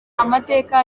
amateka